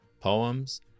poems